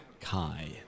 Kai